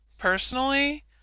personally